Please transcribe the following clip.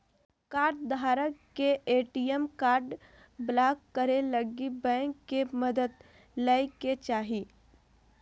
कार्डधारक के ATM card block करे लगी बैंक के मदद लय के चाही